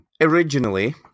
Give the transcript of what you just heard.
originally